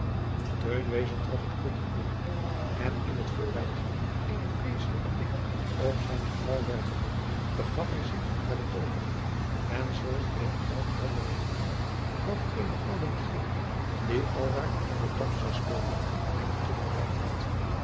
trad het kroegje binnen en in het voorbijgaan eenen vreesselijken blik op zijne vrouw werpende begaf hij zich naar den toonbank en jacob van lennep de pleegzoon zwolg eene kelk brandewijn in welke eene oude megeer die aldaar voor tapster speelde hem toegereikt had